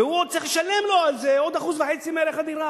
והוא עוד צריך לשלם לו על זה עוד 1.5% מערך הדירה.